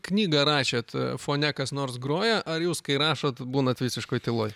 knygą rašėt fone kas nors groja ar jūs kai rašot būnat visiškoj tyloj